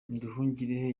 nduhungirehe